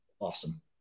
awesome